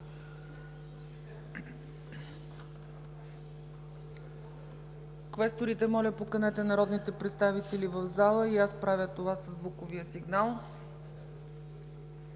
Квесторите, моля поканете народните представители в залата. И аз правя това със звуковия сигнал.